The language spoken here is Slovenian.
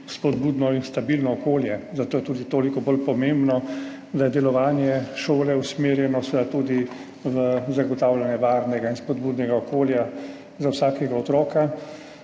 spodbudno in stabilno okolje. Zato je tudi toliko bolj pomembno, da je delovanje šole usmerjeno tudi v zagotavljanje varnega in spodbudnega okolja za vsakega otroka